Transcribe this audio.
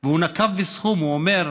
והוא נקב בסכום, והוא אומר: